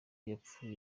yapfuye